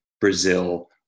Brazil